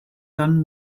done